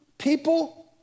People